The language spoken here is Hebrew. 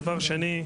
דבר שני,